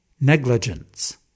negligence